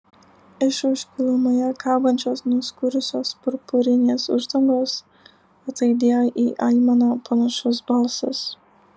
iš už gilumoje kabančios nuskurusios purpurinės uždangos ataidėjo į aimaną panašus balsas